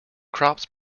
crops